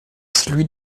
celui